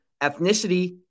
ethnicity